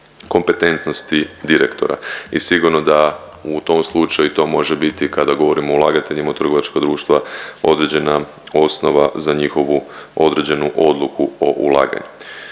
kompetentnosti direktora. I sigurno da u tom slučaju to može biti kada govorimo o ulagateljima u trgovačka društva određena osnova za njihovu određenu odluku o ulaganju.